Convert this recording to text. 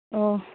ᱚ